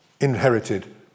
inherited